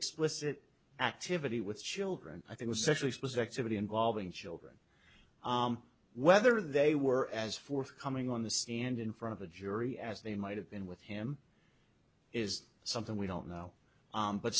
explicit activity with children i think was actually supposed activity involving children whether they were as forthcoming on the stand in front of a jury as they might have been with him is something we don't know